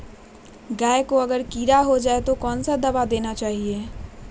गाय को अगर कीड़ा हो जाय तो कौन सा दवा देना चाहिए?